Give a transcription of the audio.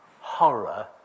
horror